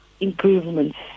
improvements